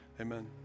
Amen